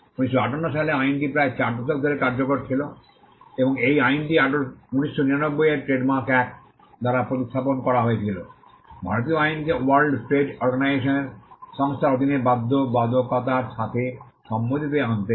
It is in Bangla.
1958 সালে আইনটি প্রায় 4 দশক ধরে কার্যকর ছিল এবং এই আইনটি ১999 এর ট্রেডমার্ক অ্যাক্ট দ্বারা প্রতিস্থাপন করা হয়েছিল ভারতীয় আইনকে ওয়ার্ল্ড ট্রেড অর্গানাইজেশনের সংস্থার অধীনে বাধ্যবাধকতার সাথে সম্মতিতে আনতে